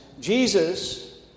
Jesus